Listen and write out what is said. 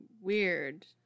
weird